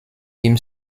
ihm